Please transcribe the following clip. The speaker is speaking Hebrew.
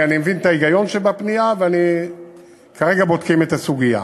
אני מבין את ההיגיון שבפנייה וכרגע בודקים את הסוגיה.